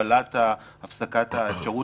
הוא הציע 180. איילת, עוד משהו?